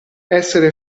essere